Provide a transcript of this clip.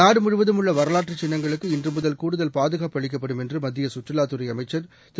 நாடுமுழுவதும் உள்ளவரவாற்றுசின்னங்களுக்கு இன்றுமுதல் கூடுதல் பாதுகாப்பு அளிக்கப்படும் என்றுமத்தியசுற்றுலாதுறைஅமைச்சர் திரு